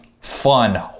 Fun